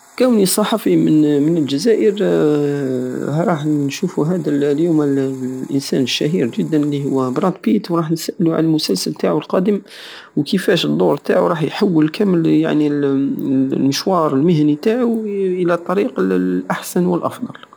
كوني صحفي من الجزائر راح نشوفو هدا اليوم الانسان الشهير جدا براد بيت وراح نسالو على المسلسل تاعو القادم وكيفاش الدور تاعو راح يحول كامل المشوار المهني تاعو الى الطريق الاحسن والأفضل